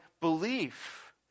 belief